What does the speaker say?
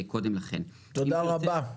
תודה רבה.